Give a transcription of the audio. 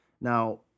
Now